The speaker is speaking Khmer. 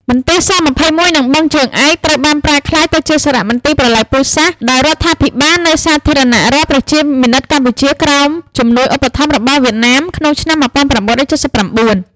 មន្ទីរ ស-២១ និង បឹងជើងឯក ត្រូវបានប្រែក្លាយទៅជាសារមន្ទីរប្រល័យពូជសាសន៍ដោយរដ្ឋាភិបាលនៃ សាធារណរដ្ឋប្រជាមានិតកម្ពុជា ក្រោមជំនួយឧបត្ថម្ភរបស់វៀតណាមក្នុងឆ្នាំ១៩៧៩ ។